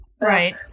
Right